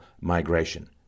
migration